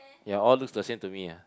ya all looks the same to me ah